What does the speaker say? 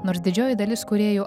nors didžioji dalis kūrėjų